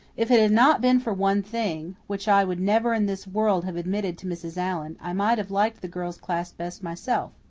if it had not been for one thing which i would never in this world have admitted to mrs. allan i might have liked the girls' class best myself.